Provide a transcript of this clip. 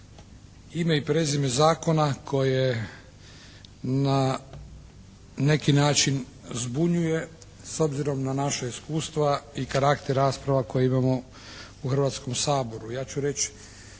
Ime i prezime zakona koje na neki način zbunjuje, s obzirom na naša iskustva i karakter rasprava koje imamo u Hrvatskom saboru.